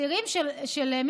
הצעירים של משגב,